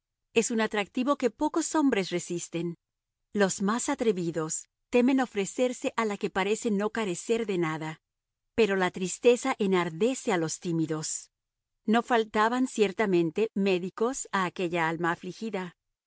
es un atractivo que pocos hombres resisten los más atrevidos temen ofrecerse a la que parece no carecer de nada pero la tristeza enardece a los tímidos no faltaban ciertamente médicos a aquella alma afligida